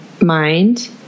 mind